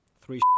three